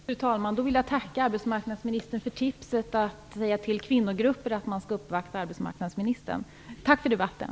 Fru talman! Jag vill tacka arbetsmarknadsministern för tipset att säga till kvinnogrupper att uppvakta arbetsmarknadsministern. Tack för debatten!